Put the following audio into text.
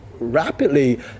Rapidly